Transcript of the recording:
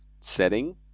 setting